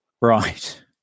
Right